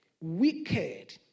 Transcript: wicked